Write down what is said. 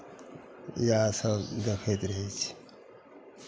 इएहसभ देखैत रहै छी